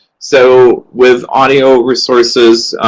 so, with audio resources,